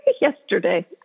yesterday